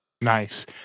Nice